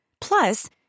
Plus